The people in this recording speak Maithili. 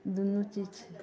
दुनू चीज छै